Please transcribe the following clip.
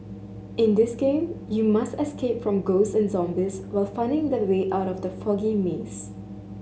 in this game you must escape from ghost and zombies while finding the way out of the foggy maze